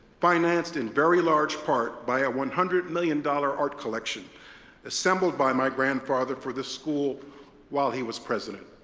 financed in very large part by a one hundred million dollars art collection assembled by my grandfather for the school while he was president.